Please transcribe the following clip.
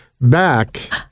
back